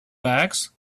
bags